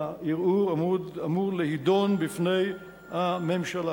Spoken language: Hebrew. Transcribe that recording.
והערעור אמור להידון בפני הממשלה.